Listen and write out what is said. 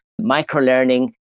microlearning